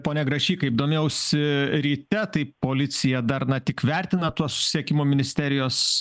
pone grašy kaip domėjausi ryte tai policija dar na tik vertina tuos susisiekimo ministerijos